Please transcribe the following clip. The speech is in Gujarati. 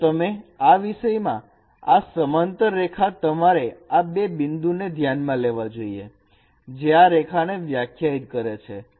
તો તમે આ વિષયમાં આ સમાંતર રેખા તમારે આ બે બિંદુઓ ને ધ્યાનમાં લેવા જોઈએ જે આ રેખાને વ્યાખ્યાયિત કરે છે